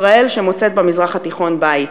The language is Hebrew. ישראל שמוצאת במזרח התיכון בית,